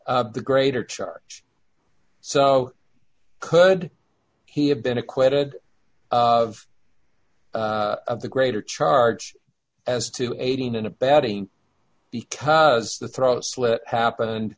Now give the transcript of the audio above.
the greater charge so could he have been acquitted of the greater charge as to aiding and abetting because the throat slit happened